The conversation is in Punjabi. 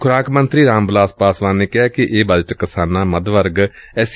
ਖੁਰਾਕ ਮੰਤਰੀ ਰਾਮ ਬਿਲਾਸ ਪਾਸਵਾਨ ਨੇ ਕਿਹੈ ਕਿ ਇਹ ਬਜਟ ਕਿਸਾਨਾਂ ਮੱਧ ਵਰਗ ਐਸ ਸੀ